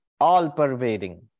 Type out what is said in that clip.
all-pervading